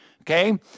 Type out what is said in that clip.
Okay